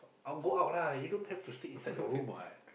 out go out lah you don't have to stay inside your room [what]